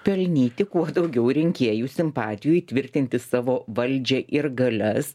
pelnyti kuo daugiau rinkėjų simpatijų įtvirtinti savo valdžią ir galias